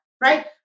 right